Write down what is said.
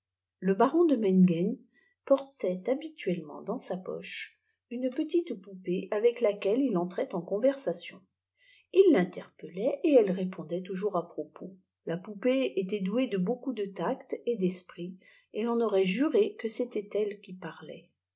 le baron de mengen portait habituellement dans sa poche une petite poupée avec laquelle il entrait en conversation il l'interpellait et elle répondait toujours à propos la poupée était douée de beaucoup de tact et d'esprit et ton aurait juré que c'était elle qui parlait